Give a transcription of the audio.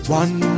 one